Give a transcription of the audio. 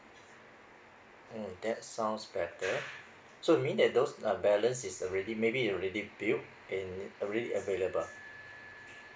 mm that sounds better so you mean that those uh balance is already maybe already built and already available